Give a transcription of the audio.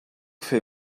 fer